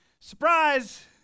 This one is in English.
surprise